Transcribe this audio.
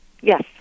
Yes